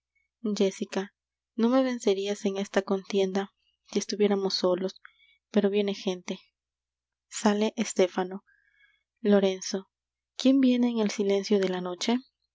jéssica no me vencerias en esta contienda si estuviéramos solos pero viene gente sale estéfano lorenzo quién viene en el silencio de la noche